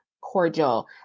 cordial